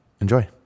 enjoy